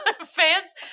fans